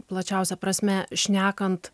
plačiausia prasme šnekant